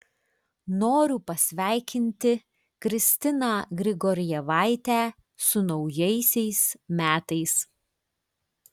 noriu pasveikinti kristiną grigorjevaitę su naujaisiais metais